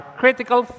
critical